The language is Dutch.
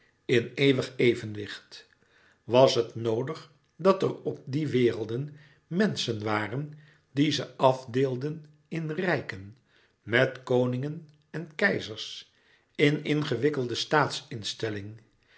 in eeuwig evenwicht was het noodig dat er op die werelden menschen waren die ze afdeelden in rijken met koningen en keizers in ingewikkelde